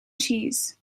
cheese